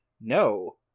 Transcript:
No